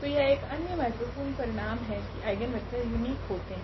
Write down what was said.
तो यह एक अन्य महत्वपूर्ण परिणाम है की आइगनवेक्टर युनीक होते है